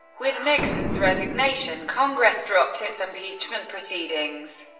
with nixon's resignation, congress dropped its impeachment proceedings.